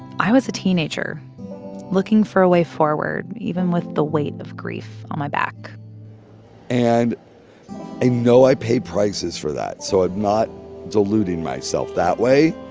i was a teenager looking for a way forward even with the weight of grief on my back and i know i paid prices for that, so i'm not deluding myself that way,